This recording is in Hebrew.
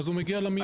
אז הוא מגיע למיון,